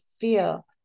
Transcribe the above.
feel